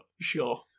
sure